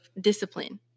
discipline